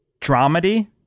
dramedy